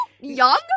young